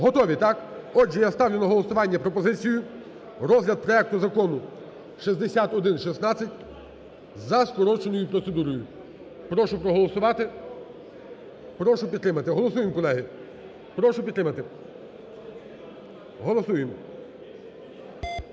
Готові, так? Отже, я ставлю на голосування пропозицію – розгляд проекту Закону 6116 за скороченою процедурою. Прошу проголосувати, прошу підтримати. Голосуємо колеги. Прошу підтримати. Голосуємо!